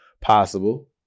possible